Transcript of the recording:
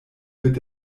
wird